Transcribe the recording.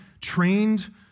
trained